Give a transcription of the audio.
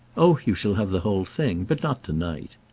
oh you shall have the whole thing. but not tonight.